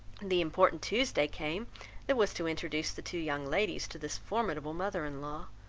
the important tuesday came that was to introduce the two young ladies to this formidable mother-in-law.